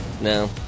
No